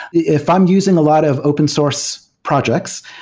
if i'm using a lot of open source projects,